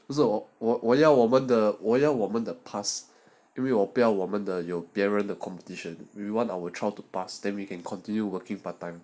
不是我我要我们的我要我们的 pass 因为我不要我们的有别人的 competition we want our trial to pass then we can continue working part time